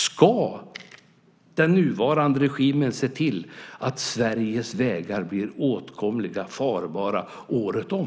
Ska den nuvarande regimen se till att Sveriges vägar blir åtkomliga och farbara året om?